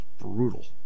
brutal